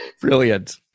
Brilliant